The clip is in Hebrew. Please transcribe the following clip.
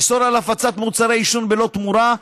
לאסור הפצת מוצרי עישון בלא תמורה,